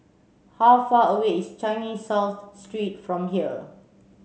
how far away is Changi South Street from here